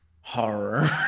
horror